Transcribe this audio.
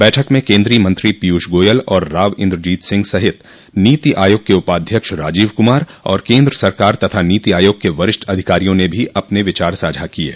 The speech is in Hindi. बैठक में केन्द्रीय मंत्री पीयूष गोयल और राव इन्द्रजीत सिंह सहित नीति आयोग के उपाध्यक्ष राजीव कुमार और केन्द्र सरकार तथा नीति आयोग के वरिष्ठ अधिकारियों ने भी अपने विचार साझा किये